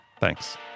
Thanks